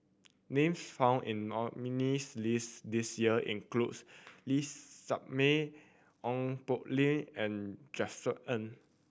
names found in nominees' list this year includes Lee Shermay Ong Poh Lim and Josef Ng